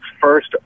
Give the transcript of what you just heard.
first